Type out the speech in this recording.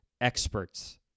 experts